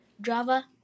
Java